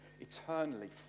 eternally